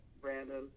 Brandon